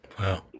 Wow